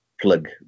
plug